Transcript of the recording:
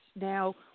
now